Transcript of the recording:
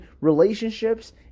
relationships